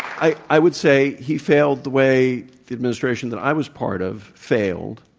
i i would say he failed the way the administration that i was part of failed,